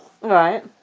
Right